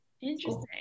Interesting